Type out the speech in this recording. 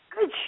Good